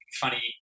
Funny